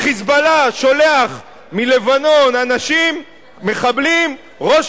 ה"חיזבאללה" שולח מלבנון אנשים, מחבלים, ראש